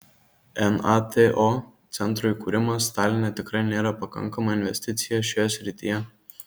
nato centro įkūrimas taline tikrai nėra pakankama investicija šioje srityje